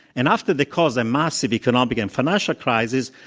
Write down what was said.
and after they cause a massive economic and financial crisis,